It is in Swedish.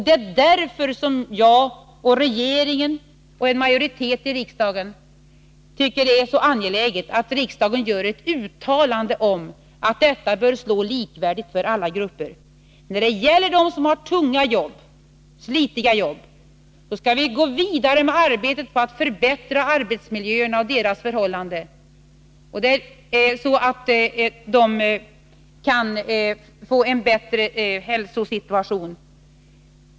Det är därför som jag, regeringen och en majoritet i riksdagen tycker att det är så angeläget att riksdagen gör ett uttalande om att detta bör slå likvärdigt för alla grupper. När det gäller dem som har tunga och slitiga jobb skall vi gå vidare med arbetet på att förbättra arbetsmiljöerna för att dessa människor skall få en bättre hälsosituation.